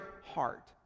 heart